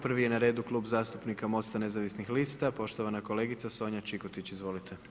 Prvi je na redu Klubu zastupnika MOST-a nezavisnih lista, poštovana kolegica Sonja Čikotić, izvolite.